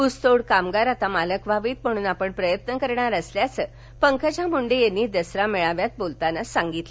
ऊसतोड कामगार आता मालक व्हावेत म्हणून आपण प्रयत्न करणार असल्याचं पंकजा मुंडे यांनी दसऱ्या मेळाव्यात बोलताना सांगितलं